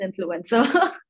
influencer